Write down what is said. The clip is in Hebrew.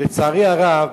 לצערי הרב,